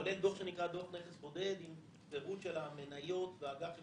כולל דוח שנקרא דוח נכס בודד עם פירוט של המניות והאג"חים.